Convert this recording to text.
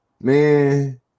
man